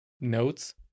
notes